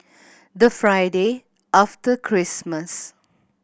the Friday after Christmas